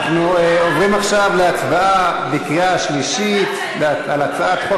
עוברים עכשיו להצבעה בקריאה שלישית של הצעת חוק